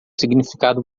significado